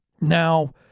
Now